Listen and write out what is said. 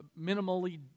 minimally